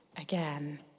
again